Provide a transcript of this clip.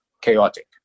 chaotic